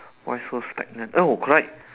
why so stagnant oh correct